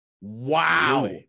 Wow